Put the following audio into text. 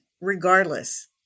regardless